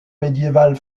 médiévale